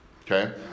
okay